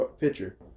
picture